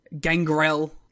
Gangrel